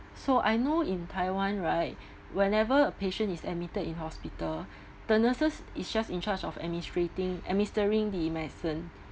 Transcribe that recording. so I know in taiwan right whenever a patient is admitted in hospital the nurses is just in charge of administrating administering the medicine